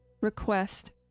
request